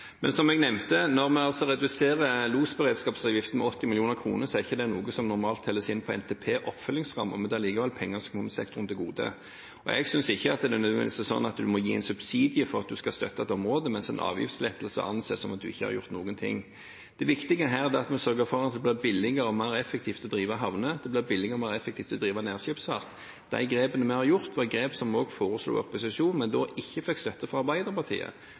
Som jeg nevnte: Når vi reduserer losberedskapsavgiften med 80 mill. kr, er ikke det noe som normalt telles med i NTPs oppfølgingsramme, men det er likevel penger som kommer sektoren til gode. Jeg synes ikke det nødvendigvis er sånn at en må gi en subsidie for at en skal støtte et område, mens en avgiftslettelse anses som at en ikke har gjort noen ting. Det viktige er at vi sørger for at det blir billigere og mer effektivt å drive havner og å drive nærskipsfart. De grepene vi har tatt, er grep som vi også foreslo i opposisjon, men som da ikke fikk støtte fra Arbeiderpartiet.